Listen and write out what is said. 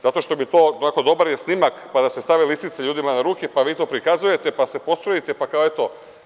Zato što to, onako, dobar je snimak, pa da se stave lisice ljudima na ruke, pa vi to prikazujete, pa se proslavite, pa kao eto.